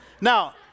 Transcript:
now